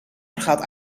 vergat